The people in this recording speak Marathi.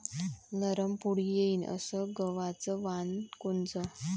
नरम पोळी येईन अस गवाचं वान कोनचं?